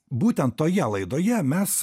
būtent toje laidoje mes